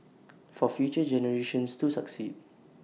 for future generations to succeed